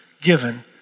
given